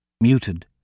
muted